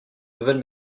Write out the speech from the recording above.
nouvelle